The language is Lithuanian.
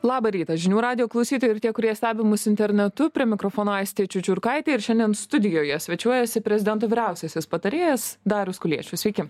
labą rytą žinių radijo klausytojai ir tie kurie stebi mus internetu prie mikrofono aistė čiučiurkaitė ir šiandien studijoje svečiuojasi prezidento vyriausiasis patarėjas darius kuliešius sveiki